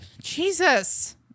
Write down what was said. jesus